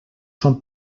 són